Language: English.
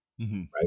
Right